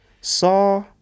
Saw